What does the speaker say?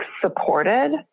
supported